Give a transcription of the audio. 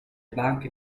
banche